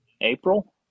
April